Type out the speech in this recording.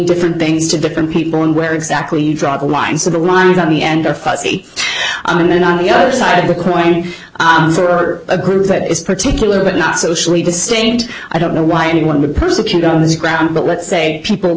different things to different people and where exactly you draw the line so the lines on the end are fuzzy i mean on the other side of the coin for a group that is particular but not socially disdained i don't know why anyone would persecute on the ground but let's say people